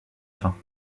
fin